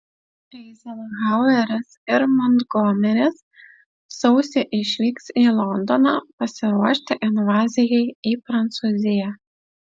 eizenhaueris ir montgomeris sausį išvyks į londoną pasiruošti invazijai į prancūziją